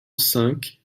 cinq